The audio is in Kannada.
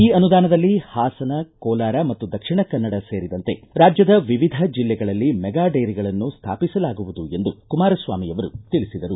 ಈ ಅನುದಾನದಲ್ಲಿ ಹಾಸನ ಕೋಲಾರ ಮತ್ತು ದಕ್ಷಿಣ ಕನ್ನಡ ಸೇರಿದಂತೆ ರಾಜ್ಯದ ವಿವಿಧ ಜಿಲ್ಲೆಗಳಲ್ಲಿ ಮೆಗಾ ಡೈರಿಗಳನ್ನು ಸ್ಥಾಪಿಸಲಾಗುವುದು ಎಂದು ಕುಮಾರಸ್ಥಾಮಿಯವರು ತಿಳಿಸಿದರು